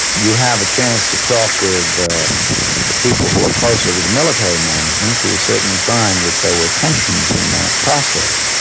you have a chance to talk with the the people who are closer to the military managements. you will certainly find that there were tensions in the process.